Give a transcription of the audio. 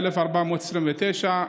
1,429,